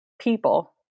people